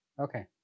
okay